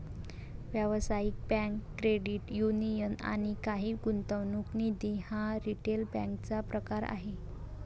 व्यावसायिक bank, credit union आणि काही गुंतवणूक निधी हा रिटेल बँकेचा प्रकार आहे